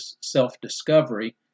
self-discovery